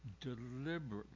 deliberately